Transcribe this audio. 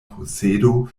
posedo